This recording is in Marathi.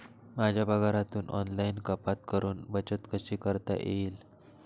माझ्या पगारातून ऑनलाइन कपात करुन बचत कशी करता येईल?